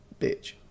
bitch